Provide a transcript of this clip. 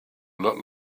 lot